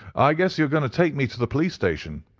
i guess you're going to take me to the police-station,